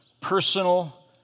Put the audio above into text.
personal